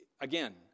again